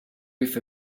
with